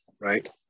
right